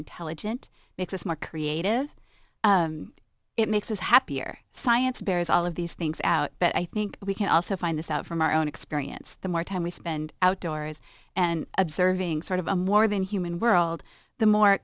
intelligent makes us more creative it makes us happier science bears all of these things out but i think we can also find this out from our own experience the more time we spend outdoors and observing sort of a more than human world the more